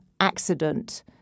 accident